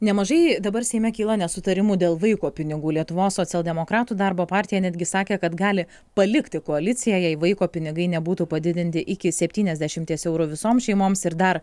nemažai dabar seime kyla nesutarimų dėl vaiko pinigų lietuvos socialdemokratų darbo partija netgi sakė kad gali palikti koaliciją jei vaiko pinigai nebūtų padidinti iki septyniasdešimties eurų visoms šeimoms ir dar